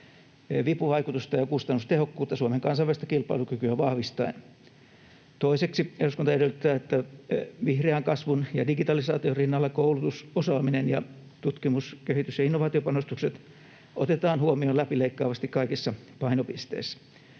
vipuvaikutusta ja kustannustehokkuutta Suomen kansainvälistä kilpailukykyä vahvistaen. Toiseksi, eduskunta edellyttää, että vihreän kasvun ja digitalisaation rinnalla koulutus, osaaminen ja tutkimus-, kehitys- ja innovaatiopanostukset otetaan huomioon läpileikkaavasti kaikissa painopisteissä.